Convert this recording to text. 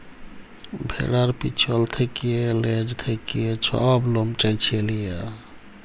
ভেড়ার পিছল থ্যাকে লেজ থ্যাকে ছব লম চাঁছে লিয়া